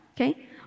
Okay